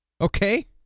Okay